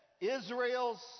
Israel's